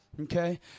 Okay